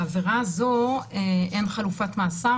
בעבירה הזו אין חלופת מאסר,